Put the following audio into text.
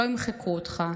/ לא ימחקו אותך.